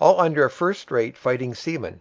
all under a first-rate fighting seaman,